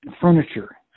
furniture